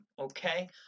okay